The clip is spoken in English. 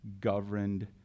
governed